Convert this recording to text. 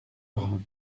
vrain